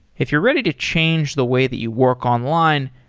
if you're ready to change the way that you work online,